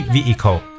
Vehicle